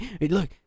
Look